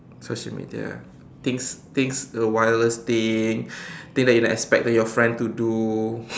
social media things things the wildest thing thing that you not expect that your friend to do